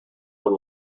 own